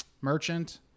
Merchant